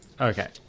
Okay